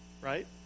Right